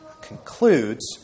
concludes